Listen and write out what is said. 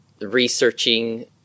researching